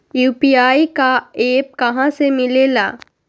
UPI का app कहा से मिलेला?